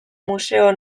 museo